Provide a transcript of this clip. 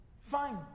fine